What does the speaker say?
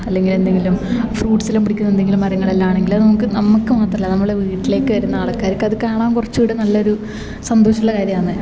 അല്ലെങ്കിൽ എന്തെങ്കിലും ഫ്രൂട്ട്സെല്ലാം പിടിക്കുന്ന എന്തെങ്കിലും മരങ്ങളെല്ലാം ആണെങ്കിൽ നമുക്ക് നമുക്ക് മാത്രമല്ല നമ്മളെ വീട്ടിലേക്ക് വരുന്ന ആൾക്കാരിക്ക് അത് കാണാൻ കുറച്ച് കൂടെ നല്ലൊരു സന്തോഷമുള്ള കാര്യമാന്ന്